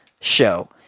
show